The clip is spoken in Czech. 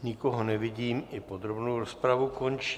Nikoho nevidím, i podrobnou rozpravu končím.